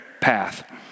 path